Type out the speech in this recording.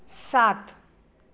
सात